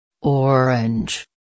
Orange